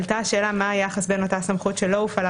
עלתה השאלה מה היחס בין אותה סמכות שלא הופעלה